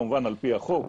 כמובן על פי החוק,